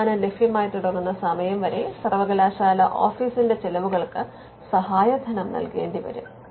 വരുമാനം ലഭ്യമായിത്തുടങ്ങുന്ന സമയം വരെ സർവ്വകലാശാല ഓഫീസിന്റെ ചെലവുകൾക്ക് സഹായധനം നൽകേണ്ടിവരും